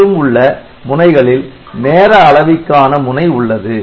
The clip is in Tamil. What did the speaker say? மேலும் உள்ள முனைகளில் நேர அளவிக்கான முனை உள்ளது